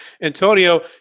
antonio